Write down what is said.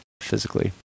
physically